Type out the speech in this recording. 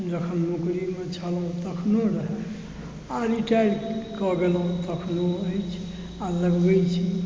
जखन नौकरीमे छलहुँ तखने रहय आ रिटायर कऽ गेलहुँ तखनो अछि आ लगबै छी